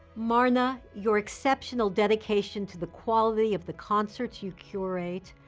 marna, your exceptional dedication to the quality of the concerts you curate,